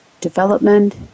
development